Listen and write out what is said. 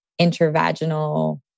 intervaginal